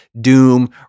Doom